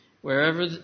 Wherever